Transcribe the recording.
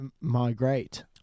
migrate